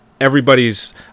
everybody's